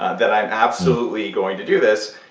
that i'm absolutely going to do this,